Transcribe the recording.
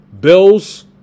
Bills